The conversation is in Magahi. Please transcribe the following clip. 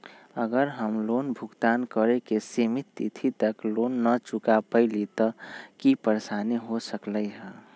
अगर हम लोन भुगतान करे के सिमित तिथि तक लोन न चुका पईली त की की परेशानी हो सकलई ह?